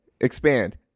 Expand